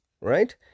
Right